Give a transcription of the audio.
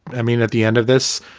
i mean, at the end of this,